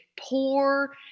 poor